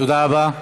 תודה רבה.